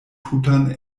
tutan